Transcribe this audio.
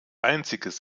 einziges